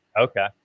Okay